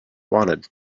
wanted